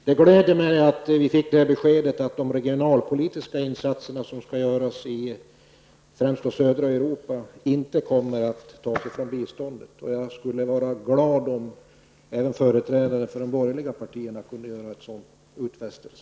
Det gläder mig att vi fick beskedet att medlen till de regionalpolitiska insatser som skall göras främst i södra Europa inte kommer att tas från biståndet. Jag skulle vara glad om även företrädare för de borgerliga partierna kunde göra en sådan utfästelse.